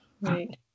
right